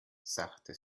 sachte